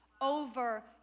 over